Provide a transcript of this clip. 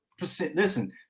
Listen